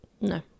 No